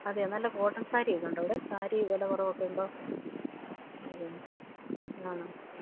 അതെ നല്ല കോട്ടൺ സാരിയൊക്കെയുണ്ടോ അവിടെ സാരി വില കുറവൊക്കെയുണ്ടോ അതെയല്ലെ ആണോ